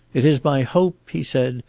it is my hope, he said,